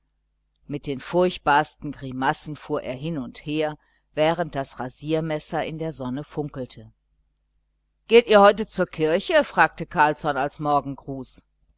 mit den furchtbarsten grimassen fuhr er hin und her während das rasiermesser in der sonne funkelte geht ihr heute zur kirche fragte carlsson als morgengruß